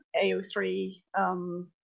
Ao3